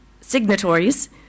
signatories